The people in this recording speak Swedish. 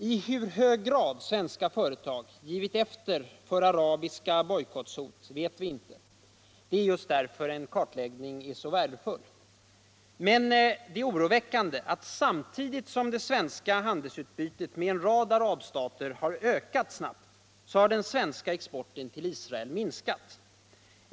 I hur hög grad svenska företag har givit efter för arabiska bojkouhot vet vi inte — det är just därför en kartläggning vore så värdefull — men det är oroväckande att samtidigt som det svenska handelsutbytet med en rad arabstater ökar snabbt, så har den svenska exporten till Isracl minskat.